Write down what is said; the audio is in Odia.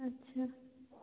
ଆଚ୍ଛା